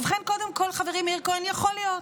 ובכן, קודם כול, חברי מאיר כהן, יכול להיות.